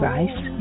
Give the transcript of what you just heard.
Rice